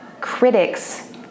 critic's